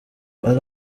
ari